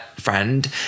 friend